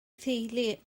theulu